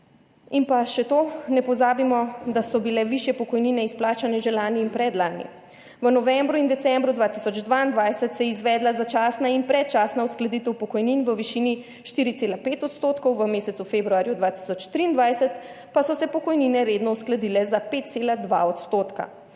In pa še to, ne pozabimo, da so bile višje pokojnine izplačane že lani in predlani. V novembru in decembru 2022 se je izvedla začasna in predčasna uskladitev pokojnin v višini 4,5 odstotkov, v mesecu februarju 2023 pa so se pokojnine redno uskladile za 5,2 odstotka.